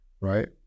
right